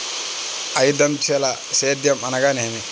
ఐదంచెల సేద్యం అనగా నేమి?